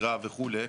דירה וכולי,